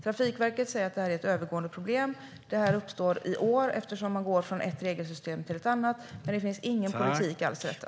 Trafikverket säger att det här är ett övergående problem. Det uppstår i år eftersom man går från ett regelsystem till ett annat. Men det finns ingen politik alls i detta.